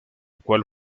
cuál